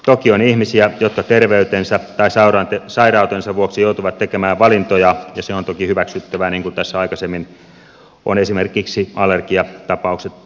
toki on ihmisiä jotka terveytensä tai sairautensa vuoksi joutuvat tekemään valintoja ja se on toki hyväksyttävää niin kuin tässä aikaisemmin ovat esimerkiksi allergiatapaukset tulleet ilmi